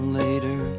later